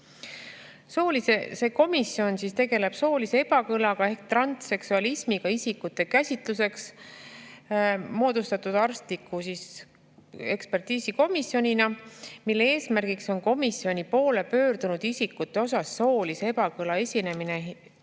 See komisjon tegeleb soolise ebakõlaga ehk transseksualismiga isikute käsitluseks moodustatud arstliku ekspertiisikomisjonina, mille eesmärk on komisjoni poole pöördunud isikute soolise ebakõla esinemise hindamine